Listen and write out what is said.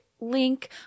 Link